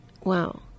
Wow